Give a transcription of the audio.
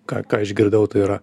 ką ką išgirdau tai yra